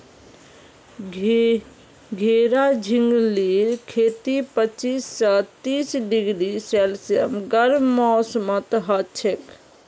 घेरा झिंगलीर खेती पच्चीस स तीस डिग्री सेल्सियस गर्म मौसमत हछेक